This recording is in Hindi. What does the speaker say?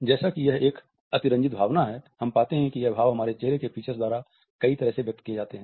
जैसा कि यह एक अतिरंजित भावना है हम पाते हैं कि यह भाव हमारे चेहरे के फीचर्स द्वारा कई तरह से व्यक्त किए जाते हैं